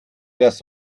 das